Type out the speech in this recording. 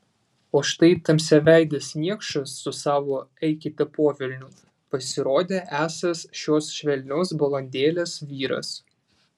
o štai tamsiaveidis niekšas su savo eikite po velnių pasirodė esąs šios švelnios balandėlės vyras